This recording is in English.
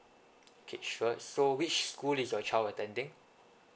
okay sure so which school is your child attending